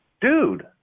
dude